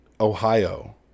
Ohio